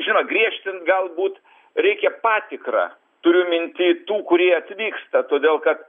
žinot griežtins galbūt reikia patikrą turiu minty tų kurie atvyksta todėl kad